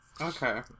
okay